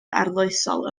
arloesol